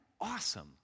Awesome